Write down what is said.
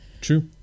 true